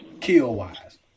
kill-wise